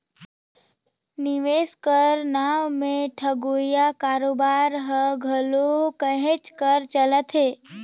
निवेस कर नांव में ठगोइया कारोबार हर घलो कहेच कर चलत हे